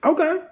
Okay